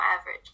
average